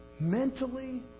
mentally